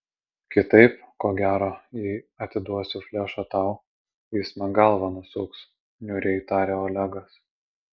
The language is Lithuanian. kitaip ko gero jei atiduosiu flešą tau jis man galvą nusuks niūriai tarė olegas